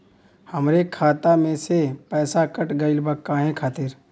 हमरे खाता में से पैसाकट गइल बा काहे खातिर?